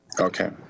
Okay